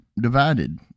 divided